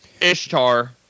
Ishtar